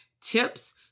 tips